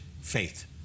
faith